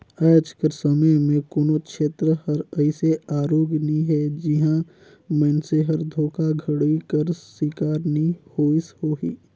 आएज कर समे में कोनो छेत्र हर अइसे आरूग नी हे जिहां मइनसे हर धोखाघड़ी कर सिकार नी होइस होही